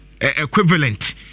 equivalent